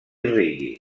reggae